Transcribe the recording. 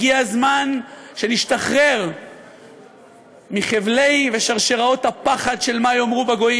הגיע הזמן שנשתחרר מחבלי ושרשראות הפחד של מה יאמרו בגויים.